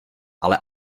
ale